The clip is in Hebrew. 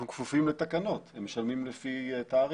אנחנו כפופים לתקנות, הם משלמים לפי תעריף.